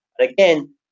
Again